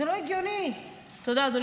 תודה, אדוני